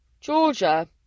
Georgia